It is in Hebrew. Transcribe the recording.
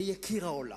ליקיר העולם.